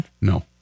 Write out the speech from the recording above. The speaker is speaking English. No